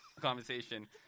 conversation